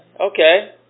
okay